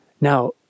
Now